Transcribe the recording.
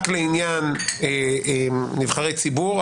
רק לעניין נבחרי ציבור,